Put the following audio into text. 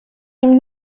ihm